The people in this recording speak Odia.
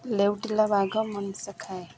ଲେଉଟିଲା ବାଘ ମଣିଷ ଖାଏ